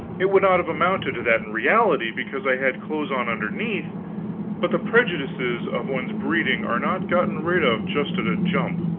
it would not have amounted to that in reality, because i had clothes on underneath but the prejudices of one's breeding are not gotten rid of just at a jump,